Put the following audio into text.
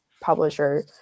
publisher